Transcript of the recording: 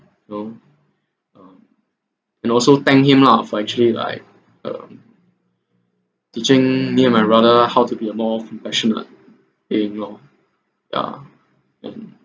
you know um and also thanked him lah for actually like um teaching me and my brother how to be a more compassionate being lor yeah and